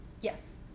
Yes